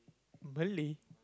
really